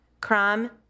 crime